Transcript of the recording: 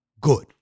good